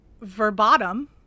verbatim